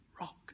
rock